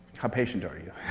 how patient are you?